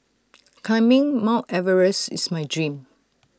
climbing mount Everest is my dream